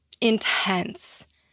intense